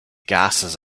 gases